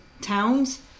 towns